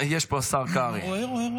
השר קרעי.